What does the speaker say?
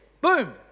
Boom